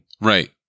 Right